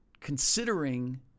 considering